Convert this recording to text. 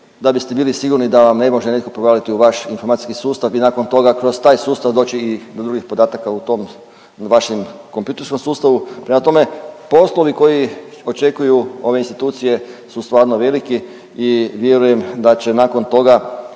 da biste bili sigurni da vam ne može netko provaliti u vaš informacijski sustav i nakon toga kroz taj sustav doći i do drugih podataka u tom vašem kompjutorskom sustavu. Prema tome poslovi koji očekuju ove institucije su stvarno veliki i vjerujem da će nakon toga